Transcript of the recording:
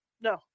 no